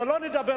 שלא לדבר,